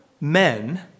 men